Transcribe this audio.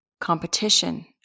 competition